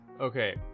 Okay